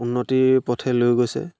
উন্নতিৰ পথে লৈ গৈছে